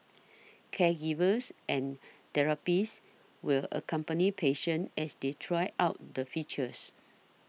caregivers and therapists will accompany patients as they try out the features